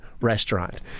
restaurant